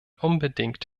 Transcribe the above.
unbedingt